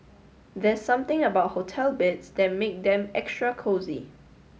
there's something about hotel beds that make them extra cosy